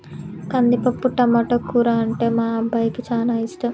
కందిపప్పు టమాటో కూర అంటే మా అబ్బాయికి చానా ఇష్టం